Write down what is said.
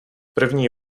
první